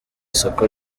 soko